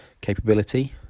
capability